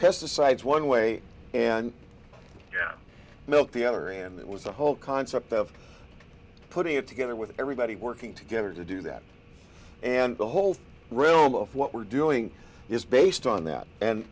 pesticides one way and milk the other and it was the whole concept of putting it together with everybody working together to do that and the whole realm of what we're doing is based on that and